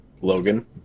Logan